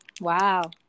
Wow